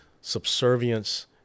subservience